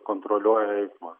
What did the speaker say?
kontroliuoja eismą